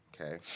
okay